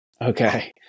Okay